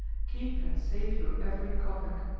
keep and save your every kopeck.